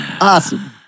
awesome